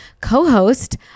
co-host